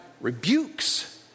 rebukes